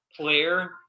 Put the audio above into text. player